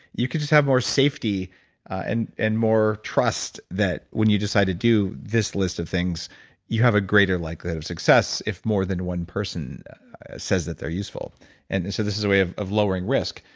you can just have more safety and and more trust that when you decide to do this list of things you have a greater likelihood of success if more than one person says that they're useful and and so this is a way of of lowering risk,